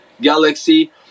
galaxy